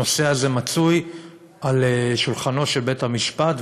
הנושא הזה מצוי על שולחנו של בית-המשפט,